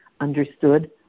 understood